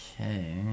Okay